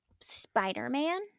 Spider-Man